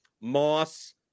Moss